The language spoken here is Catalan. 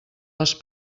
les